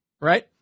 Right